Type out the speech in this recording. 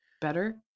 better